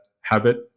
habit